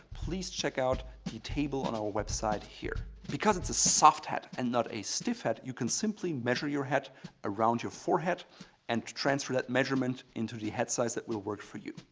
please check out the table on our website here. because it's a soft hat and not a stiff hat, you can simply measure your head around your forehead and transfer that measurement into the hat size that will work for you.